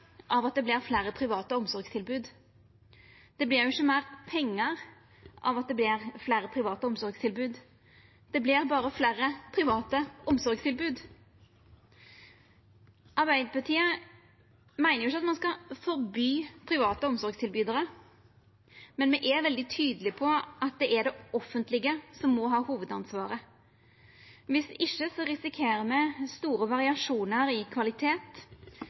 av at det vert fleire private omsorgstilbod. Det vert ikkje meir pengar av at det vert fleire private omsorgstilbod. Det vert berre fleire private omsorgstilbod. Arbeidarpartiet meiner ikkje at ein skal forby private omsorgstilbydarar, men me er veldig tydelege på at det er det offentlege som må ha hovudansvaret. Viss ikkje risikerer me store variasjonar i kvalitet.